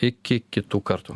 iki kitų kartų